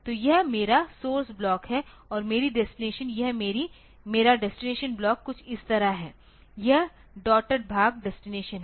तो यह मेरा सोर्स ब्लॉक है और मेरी डेस्टिनेशन यह मेरा डेस्टिनेशन ब्लॉक कुछ इस तरह है यह डॉटेड भाग डेस्टिनेशन है